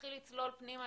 נתחיל לצלול פנימה,